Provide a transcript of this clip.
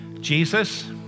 Jesus